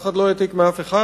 אף אחד לא העתיק מאף אחד.